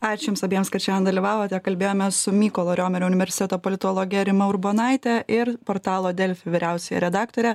ačiū jums abiems kad šiandien dalyvavote kalbėjome su mykolo riomerio universiteto politologe rima urbonaite ir portalo delfi vyriausiąja redaktore